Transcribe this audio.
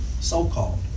so-called